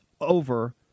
over